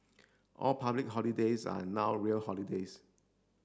all public holidays are now real holidays